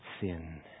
sin